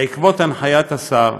בעקבות הנחיית השר